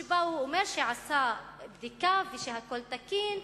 שבה הוא אומר שעשה בדיקה ושהכול תקין,